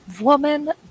woman